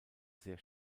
sehr